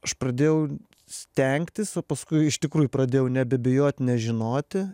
aš pradėjau stengtis o paskui iš tikrųjų pradėjau nebebijoti nežinoti